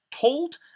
told